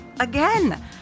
Again